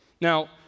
Now